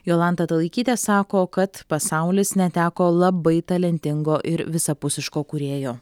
jolanta talaikytė sako kad pasaulis neteko labai talentingo ir visapusiško kūrėjo